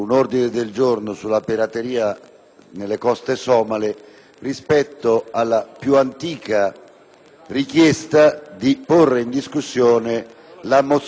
richiesta di porre in discussione la mozione sulla situazione economica internazionale. Mi permetto di sottolineare che,